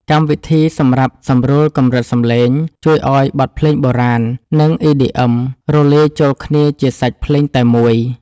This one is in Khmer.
កម្មវិធីសម្រាប់សម្រួលកម្រិតសំឡេង ជួយឱ្យបទភ្លេងបុរាណ និង EDM រលាយចូលគ្នាជាសាច់ភ្លេងតែមួយ។